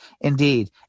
Indeed